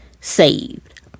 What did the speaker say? saved